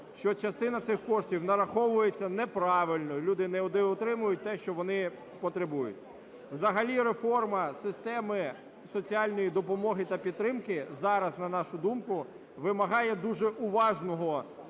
що частина цих коштів нараховується неправильно, люди не отримують те, що вони потребують. Взагалі реформа системи соціальної допомоги та підтримки зараз, на нашу думку, вимагає дуже уважного ставлення,